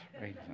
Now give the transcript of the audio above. right